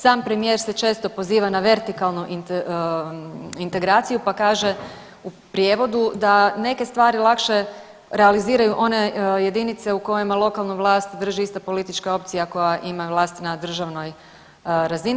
Sam premijer se često poziva na vertikalnu integraciju pa kaže u prijevodu da neke stvari lakše realiziraju one jedinice u kojima lokalnu vlast drži ista politička opcija koja ima vlast na državnoj razini.